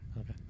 Okay